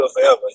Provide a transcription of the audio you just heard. forever